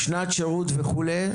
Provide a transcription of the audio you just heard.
שנת שירות וכו'